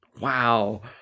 Wow